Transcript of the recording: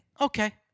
Okay